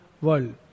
world